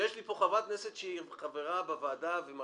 ויש לי פה חברת כנסת שהיא חברה בוועדה ומרגישה